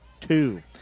two